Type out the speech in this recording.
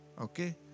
Okay